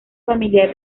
familiar